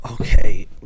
Okay